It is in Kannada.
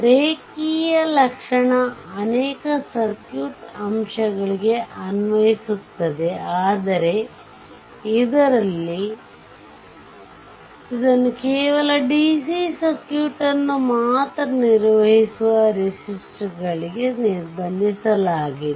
ರೇಖೀಯ ಲಕ್ಷಣ ಅನೇಕ ಸರ್ಕ್ಯೂಟ್ ಅಂಶಗಳಿಗೆ ಅನ್ವಯಿಸುತ್ತದೆ ಆದರೆ ಇದರಲ್ಲಿ ಇದನ್ನು ಕೇವಲ ಡಿಸಿ ಸರ್ಕ್ಯೂಟ್ ಅನ್ನು ಮಾತ್ರ ನಿರ್ವಹಿಸುವ ರೆಸಿಸ್ಟರ್ಗಳಿಗೆ ನಿರ್ಬಂಧಿಲಾಗಿದೆ